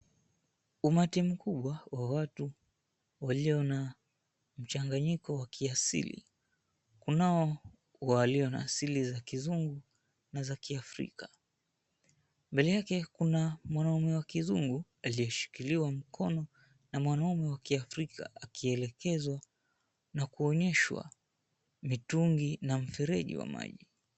Umati mkubwa wa watu walio na mchanganyiko wa kiasili. Kunao walio na asili za kizungu na za kiafrika. Mbele yake kuna mwanaume wa kizungu aliyeshikiliwa mkono na mwanaume wa kiafrika akielekezwa na akionyeshwa mitungi na mfereji wa maji.